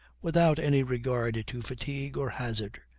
without any regard to fatigue or hazard.